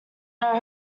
hope